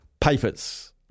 Papers